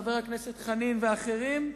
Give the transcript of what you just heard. חבר הכנסת חנין ואחרים.